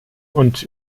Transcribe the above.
und